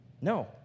No